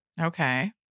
Okay